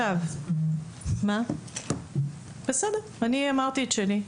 אני אמרתי את שלי.